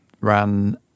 ran